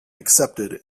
accepted